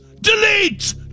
DELETE